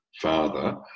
father